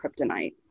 kryptonite